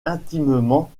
intimement